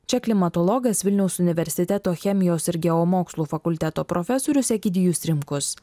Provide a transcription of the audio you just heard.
čia klimatologas vilniaus universiteto chemijos ir geomokslų fakulteto profesorius egidijus rimkus